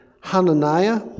Hananiah